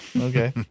Okay